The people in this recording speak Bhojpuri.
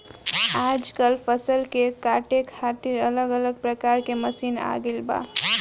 आजकल फसल के काटे खातिर अलग अलग प्रकार के मशीन आ गईल बा